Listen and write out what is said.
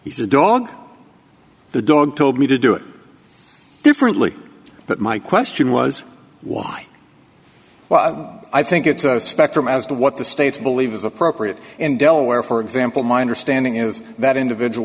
dog the dog told me to do it differently but my question was why well i think it's a spectrum as to what the states believe is appropriate in delaware for example my understanding is that individual